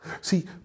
See